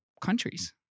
countries